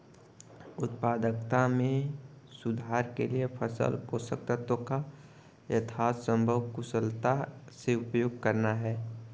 उत्पादकता में सुधार के लिए फसल पोषक तत्वों का यथासंभव कुशलता से उपयोग करना है